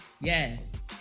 Yes